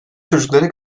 çocuklara